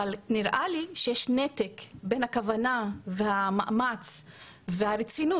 אבל נראה לי שיש נתק בין הכוונה והמאמץ והרצינות